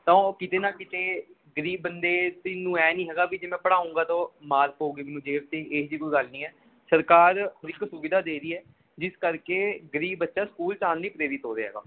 ਤਾਂ ਉਹ ਕਿਤੇ ਨਾ ਕਿਤੇ ਗਰੀਬ ਬੰਦੇ ਨੂੰ ਐਂ ਨਹੀਂ ਹੈਗਾ ਵੀ ਜੇ ਮੈਂ ਪੜ੍ਹਾਉਂਗਾ ਤਾਂ ਉਹ ਮਾਰ ਪਊਗੀ ਮੈਨੂੰ ਜੇ ਕੋਈ ਇਹੋ ਜਿਹੀ ਕੋਈ ਗੱਲ ਨਹੀਂ ਹੈ ਸਰਕਾਰ ਇੱਕ ਸੁਵਿਧਾ ਦੇ ਰਹੀ ਹੈ ਜਿਸ ਕਰਕੇ ਗਰੀਬ ਬੱਚਾ ਸਕੂਲ ਜਾਣ ਲਈ ਪ੍ਰੇਰਿਤ ਹੋ ਰਿਹਾ ਹੈਗਾ